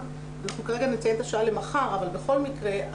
כרגע נציין את השעה למחר אבל בכל מקרה,